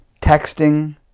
texting